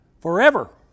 forever